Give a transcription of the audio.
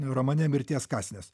romane mirties kąsnis